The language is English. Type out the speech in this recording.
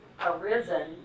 arisen